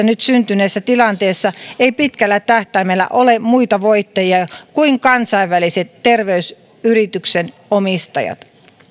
nyt syntyneessä tilanteessa ei pitkällä tähtäimellä ole muita voittajia kuin kansainvälisen terveysyrityksen omistajat